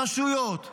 רשויות,